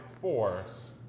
force